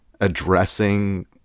addressing